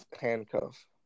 handcuff